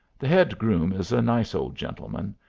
the head groom is a nice old gentleman,